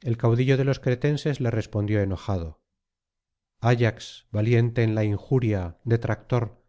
el caudillo de los cretenses le respondió enojado ayax valiente en la injuria detractor